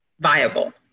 viable